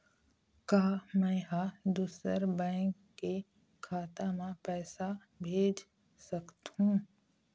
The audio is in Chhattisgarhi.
का मैं ह दूसर बैंक के खाता म पैसा भेज सकथों?